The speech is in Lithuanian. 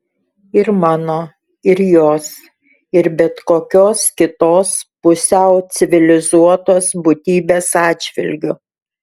ir mano ir jos ir bet kokios kitos pusiau civilizuotos būtybės atžvilgiu